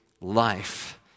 life